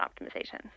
optimization